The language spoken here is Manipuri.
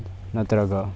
ꯅꯠꯇ꯭ꯔꯒ